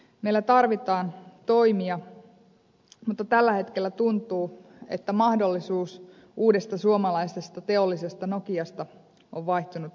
meillä tarvitaan toimia mutta tällä hetkellä tuntuu että mahdollisuus uudesta suomalaisesta teollisesta nokiasta on vaihtunut mustaan aukkoon